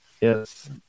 yes